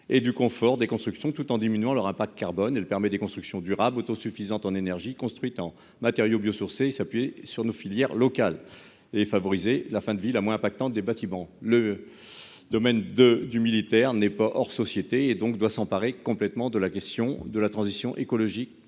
et du confort des constructions tout en diminuant leur impact carbone et le permet des constructions durables autosuffisante en énergie construites en matériaux biosourcés s'appuyer sur nos filières locales et favoriser la fin de vie, la moins impactante des bâtiments le. Domaine de du militaire n'est pas hors société et donc doit s'emparer complètement de la question de la transition écologique